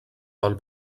del